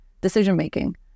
decision-making